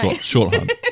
Shorthand